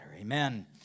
Amen